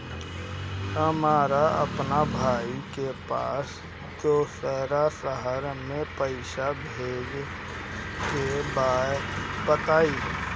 हमरा अपना भाई के पास दोसरा शहर में पइसा भेजे के बा बताई?